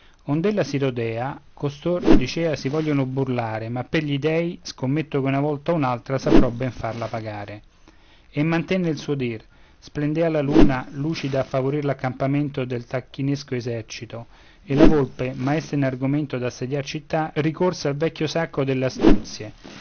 ond'ella si rodea costor dicea si vogliono burlare ma per gli dèi scommetto che una volta o un'altra saprò ben farla pagare e mantenne il suo dir splendea la luna lucida a favorir l'accampamento del tacchinesco esercito e la volpe maestra in argomento d'assediar città ricorse al vecchio sacco delle astuzie